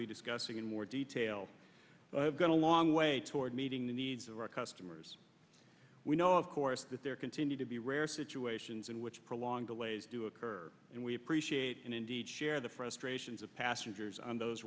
be discussing in more detail i have got a long way toward meeting the needs of our customers we know of course that there continue to be rare situations in which prolonged delays do occur and we appreciate and indeed share the frustrations of passengers on those